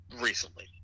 Recently